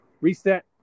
reset